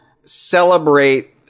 celebrate